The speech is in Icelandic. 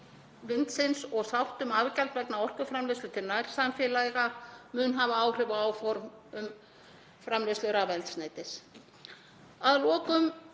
vindsins og sátt um afgjald vegna orkuframleiðslu til nærsamfélaga mun hafa áhrif á áform um framleiðslu rafeldsneytis.